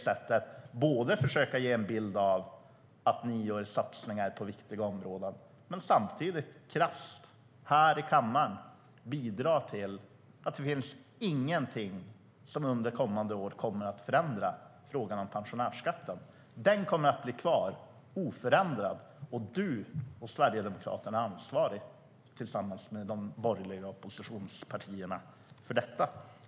Ni försöker ge en bild av att ni gör satsningar på viktiga områden, men samtidigt bidrar ni här i kammaren krasst till att det under kommande år inte finns någonting som kommer att förändra frågan om pensionärsskatten. Den kommer att bli kvar oförändrad, och du och Sverigedemokraterna är tillsammans med de borgerliga oppositionspartierna ansvariga för detta.